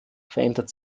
verändert